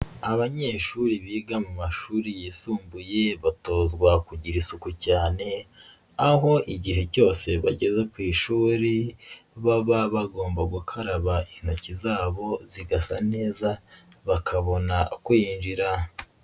Abanyeshuri biga mu mashuri yisumbuye batozwa kugira isuku cyane aho igihe cyose bageze ku ishuri baba bagomba gukaraba intoki zabo zigasa neza bakabona kwinjira.